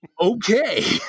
okay